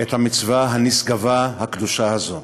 את המצווה הנשגבה הקדושה הזאת.